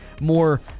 more